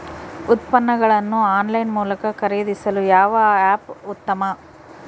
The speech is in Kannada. ಉತ್ಪನ್ನಗಳನ್ನು ಆನ್ಲೈನ್ ಮೂಲಕ ಖರೇದಿಸಲು ಯಾವ ಆ್ಯಪ್ ಉತ್ತಮ?